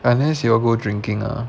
unless you all go drinking ah